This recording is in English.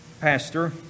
pastor